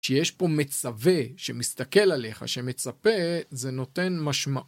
שיש פה מצווה שמסתכל עליך שמצפה זה נותן משמעות.